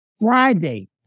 Friday